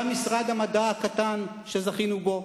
גם משרד המדע הקטן שזכינו בו,